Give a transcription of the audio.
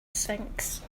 sphinx